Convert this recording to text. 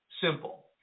simple